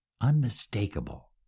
unmistakable